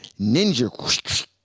Ninja